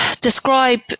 describe